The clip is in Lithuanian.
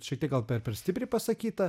šiek tiek gal per per stipriai pasakyta